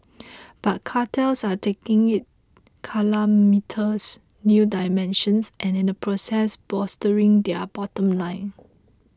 but cartels are taking it calamitous new dimensions and in the process bolstering their bottom line